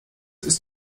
ist